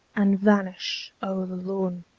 and vanish o'er the lawn.